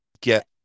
get